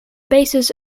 basis